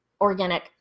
Organic